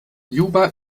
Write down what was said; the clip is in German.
juba